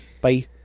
Bye